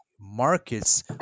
markets